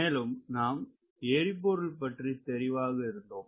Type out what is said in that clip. மேலும் நாம் எரிபொருள் பற்றி தெளிவாக இருந்தோம்